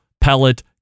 pellet